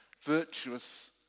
virtuous